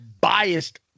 biased